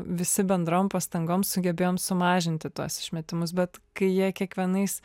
visi bendrom pastangom sugebėjom sumažinti tuos išmetimus bet kai jie kiekvienais